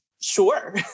sure